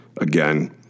again